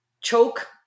choke